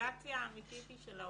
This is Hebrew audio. שרגולציה אמיתית היא של ההורים.